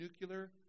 nuclear